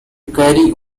carry